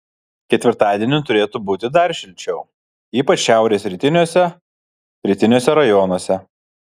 ketvirtadienį turėtų būti dar šilčiau ypač šiaurės rytiniuose rytiniuose rajonuose